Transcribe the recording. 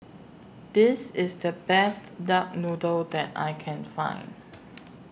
This IS The Best Duck Noodle that I Can Find